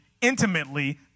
intimately